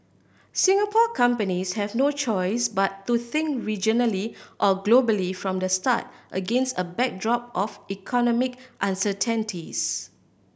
Singapore companies have no choice but to think regionally or globally from the start against a backdrop of economic uncertainties